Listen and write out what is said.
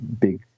big